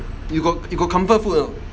you got you got comfort food or not